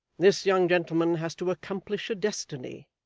this young gentleman has to accomplish a destiny.